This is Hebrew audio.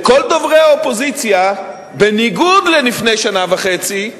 כל דוברי האופוזיציה, בניגוד ללפני שנה וחצי,